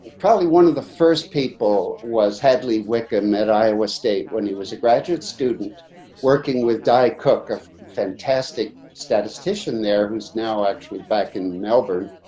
probably one of the first people was hadley wickham at iowa state when he was a graduate student working with die cook a fantastic statistician there who's now actually back in melbourne.